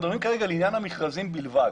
אנחנו מדברים כרגע לעניין המכרזים בלבד.